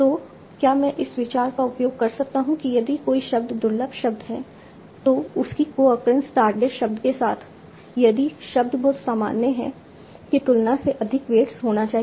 तो क्या मैं इस विचार का उपयोग कर सकता हूं कि यदि कोई शब्द दुर्लभ शब्द है तो उसकी कोअक्रेंस टारगेट शब्द के साथ यदि शब्द बहुत सामान्य शब्द है की तुलना में अधिक वेट्स होना चाहिए